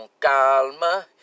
calma